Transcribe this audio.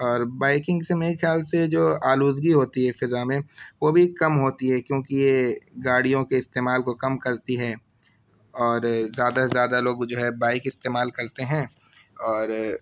اور بائیکنگ سے میرے خیال سے جو آلودگی ہوتی ہے فضا میں وہ بھی کم ہوتی ہے کیونکہ یہ گاڑیوں کے استعمال کو کم کرتی ہے اور زیادہ سے زیادہ لوگ جو ہے بائیک استعمال کرتے ہیں اور